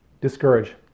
discourage